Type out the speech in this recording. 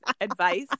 advice